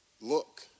look